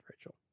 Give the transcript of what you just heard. Rachel